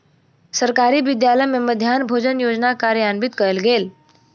सरकारी विद्यालय में मध्याह्न भोजन योजना कार्यान्वित कयल गेल